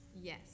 Yes